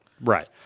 right